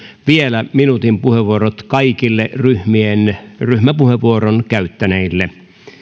vielä minuutin puheenvuorot kaikille ryhmien ryhmäpuheenvuoron käyttäneille